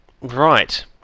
Right